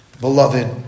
Beloved